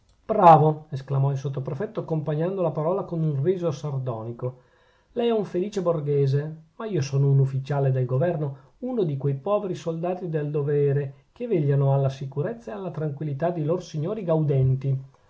bravo esclamò il sottoprefetto accompagnando la parola con un riso sardonico lei è un felice borghese ma io sono un ufficiale del governo uno di quei poveri soldati del dovere che vegliano alla sicurezza e alla tranquillità di lor signori gaudenti